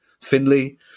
Finley